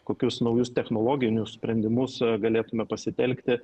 kokius naujus technologinius sprendimus galėtume pasitelkti